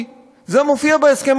למשל, שכר המינימום עלה.